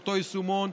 אותו יישומון.